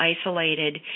isolated